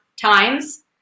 times